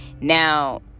now